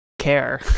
care